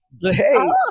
Hey